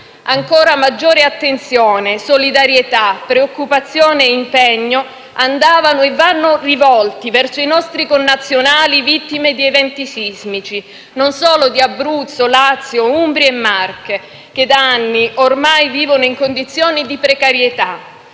ancora maggiore attenzione, solidarietà, preoccupazione e impegno andavano e vanno rivolti verso i nostri connazionali vittime di eventi sismici non solo di Abruzzo, Lazio, Umbria e Marche che da anni ormai vivono in condizioni di precarietà,